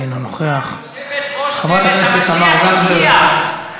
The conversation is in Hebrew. אינו נוכח, יושבת-ראש מרצ, המשיח הגיע.